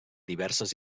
diverses